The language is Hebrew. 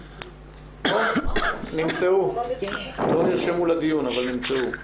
לא נרשמו לדיון אבל הנה הם נמצאו.